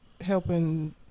helping